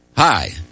Hi